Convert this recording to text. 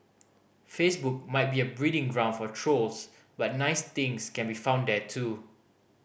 Facebook might be a breeding ground for trolls but nice things can be found there too